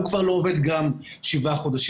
הוא כבר לא עובד גם שבעה חודשים.